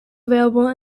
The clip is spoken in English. available